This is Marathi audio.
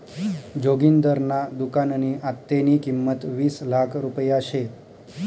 जोगिंदरना दुकाननी आत्तेनी किंमत वीस लाख रुपया शे